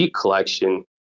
collection